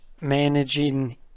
managing